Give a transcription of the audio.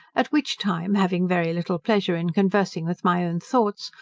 at which time, having very little pleasure in conversing with my own thoughts,